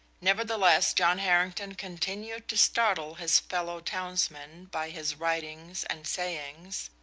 nevertheless, john harrington continued to startle his fellow-townsmen by his writings and sayings,